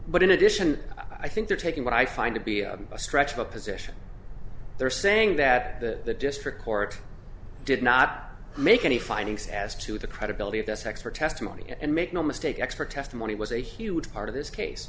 but in addition i think they're taking what i find to be a stretch of a position they're saying that the district court did not make any findings as to the credibility of this expert testimony and make no mistake expert testimony was a huge part of this case